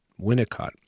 Winnicott